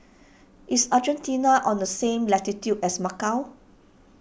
is Argentina on the same latitude as Macau